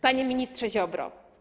Panie Ministrze Ziobro!